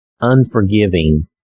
unforgiving